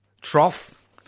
trough